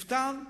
לפתן?